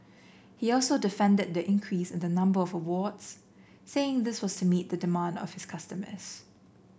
he also defended the increase in the number of awards saying this was to meet the demand of his customers